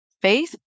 faith